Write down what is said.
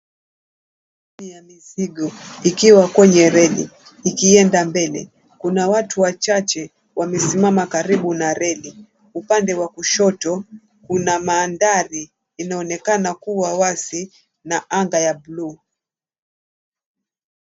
Treni ya mizigo ikiwa kwenye reli ikienda mbele. Kuna watu wachache wamesimama karibu na reli. Upande wa kushoto kuna maanthari yanaonekana kuwa wazi na anga ya buluu.